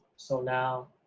so now,